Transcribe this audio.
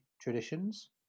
traditions